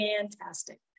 fantastic